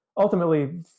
ultimately